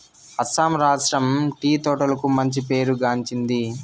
అస్సాం రాష్ట్రం టీ తోటలకు మంచి పేరు గాంచింది